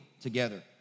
together